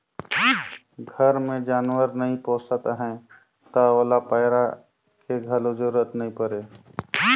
घर मे जानवर नइ पोसत हैं त ओला पैरा के घलो जरूरत नइ परे